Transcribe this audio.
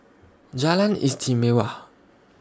Jalan Istimewa